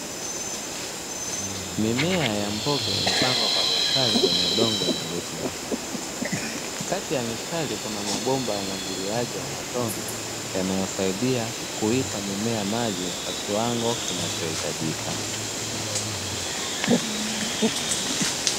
Mimea ya mboga imepangwa kwa mistari kwenye udongo wenye rutuba, kati ya mistari kuna mabomba ya umwagiliaji wa matome yanayosaidia kuipa mimea maji kwa kiwango kinachohitajika.